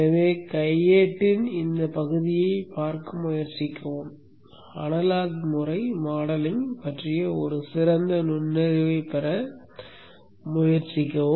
எனவே கையேட்டின் இந்தப் பகுதியைப் பார்க்க முயற்சிக்கவும் அனலாக் முறை மாடலிங் பற்றிய சிறந்த நுண்ணறிவைப் பெற முயற்சிக்கவும்